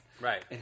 Right